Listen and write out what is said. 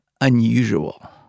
unusual